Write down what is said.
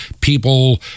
people